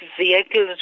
vehicles